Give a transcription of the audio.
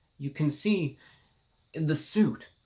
you can see in the suit